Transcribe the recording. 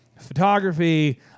photography